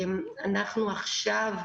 אנחנו עכשיו,